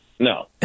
No